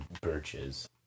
birches